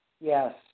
Yes